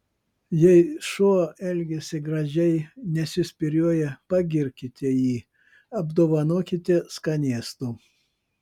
jei šuo elgiasi gražiai nesispyrioja pagirkite jį apdovanokite skanėstu